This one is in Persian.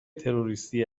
تروریستی